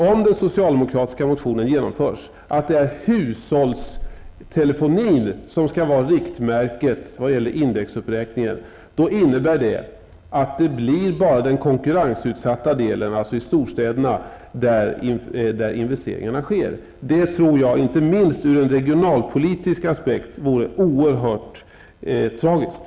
Om den socialdemokratiska motionen genomförs kan vi se fram emot att hushållstelefonin blir riktmärket när det gäller indexuppräkningen. Det innebär att det bara blir i den konkurrensutsatta delen, alltså i storstäderna, som investeringarna sker. Det tror jag vore oerhört tragiskt, inte minst ur regionalpolitisk aspekt.